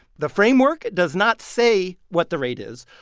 the framework does not say what the rate is.